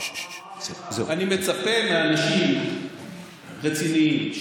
אני מצפה מאנשים רציניים,